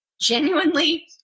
genuinely